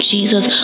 Jesus